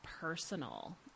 personal